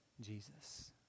Jesus